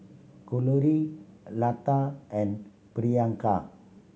Kalluri Lata and Priyanka